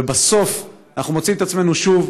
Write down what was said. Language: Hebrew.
ובסוף אנחנו מוצאים את עצמנו שוב,